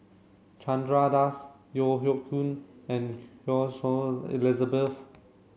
Chandra Das Yeo Hoe Koon and Choy Su Elizabeth